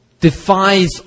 defies